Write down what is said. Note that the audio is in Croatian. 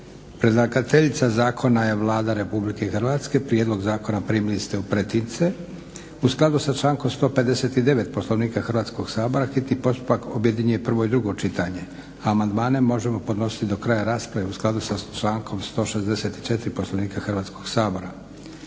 Predlagateljica zakona je Vlada Republike Hrvatske. Prijedlog zakona primili ste u pretince. U skladu s člankom 159. Poslovnika Hrvatskog sabora hitni postupak objedinjuje prvo i drugo čitanje, a amandmani se mogu podnositi do kraja rasprave u skladu sa člankom 164. Poslovnika Hrvatskog sabora.